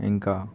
ఇంకా